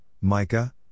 Micah